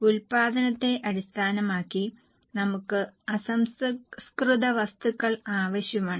ഉൽപാദനത്തെ അടിസ്ഥാനമാക്കി നമുക്ക് അസംസ്കൃത വസ്തുക്കൾ ആവശ്യമാണ്